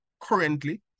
currently